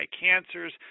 cancers